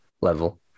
level